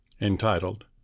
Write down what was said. entitled